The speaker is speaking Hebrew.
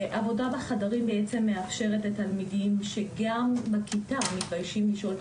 העבודה בחדרים מאפשרת לתלמידים שגם בכיתה מתביישים לשאול את